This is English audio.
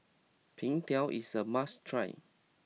Png Tao is a must try